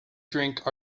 drink